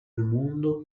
mundo